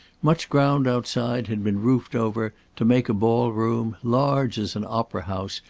much ground outside had been roofed over, to make a ball-room, large as an opera-house,